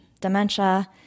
dementia